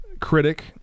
critic